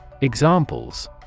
Examples